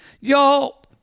Y'all